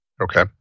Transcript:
Okay